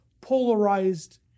polarized